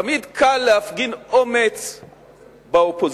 תמיד קל להפגין אומץ באופוזיציה.